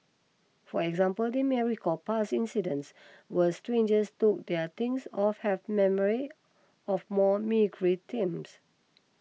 for example they may recall past incidents where strangers took their things or have memories of more meagre times